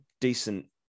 decent